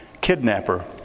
kidnapper